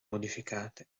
modificate